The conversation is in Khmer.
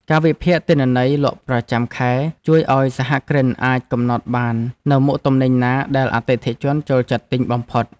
ការវិភាគទិន្នន័យលក់ប្រចាំខែជួយឱ្យសហគ្រិនអាចកំណត់បាននូវមុខទំនិញណាដែលអតិថិជនចូលចិត្តទិញបំផុត។